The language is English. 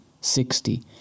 sixty